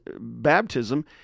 baptism